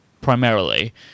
primarily